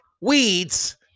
Weeds